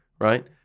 right